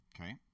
Okay